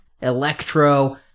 Electro